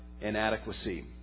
inadequacy